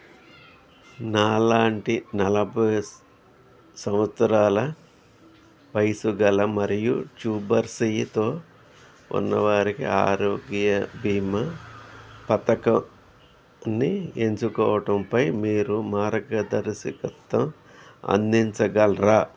నాలాంటి నలభై సంవత్సరాల వయసు గల మరియు ట్యూబర్ శయ్యతో ఉన్నవారికి ఆరోగ్య బీమా పథకంని ఎంచుకోవటం పై మీరు మార్గదర్శకత్వం అందించగలరా